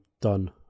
done